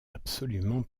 absolument